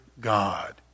God